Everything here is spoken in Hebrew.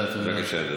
בבקשה, אדוני.